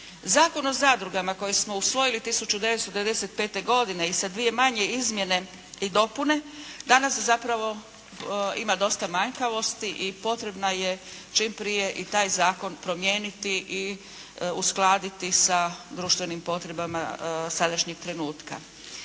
Zakon o zadrugama kojeg smo usvojili 1995. godine i sa dvije manje izmjene i dopune, danas zapravo ima dosta manjkavosti i potrebna je čim prije i taj zakon promijeniti i uskladiti sa društvenim potrebama sadašnjeg trenutka.